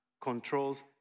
controls